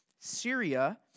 Syria